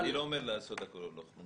אני לא אומר לעשות הכול או לא כלום.